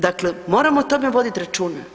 Dakle, moramo o tome voditi računa.